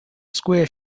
square